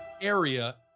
area